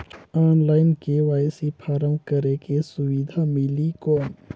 Online KYC form करेके सुविधा मिली कौन?